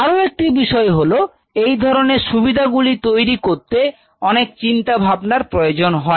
আরো একটি বিষয় হল এই ধরনের সুবিধা গুলি তৈরি করতে অনেক চিন্তা ভাবনার প্রয়োজন হয়